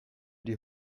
die